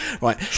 Right